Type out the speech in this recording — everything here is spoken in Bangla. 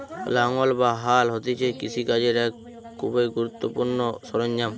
লাঙ্গল বা হাল হতিছে কৃষি কাজের এক খুবই গুরুত্বপূর্ণ সরঞ্জাম